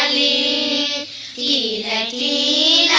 e e e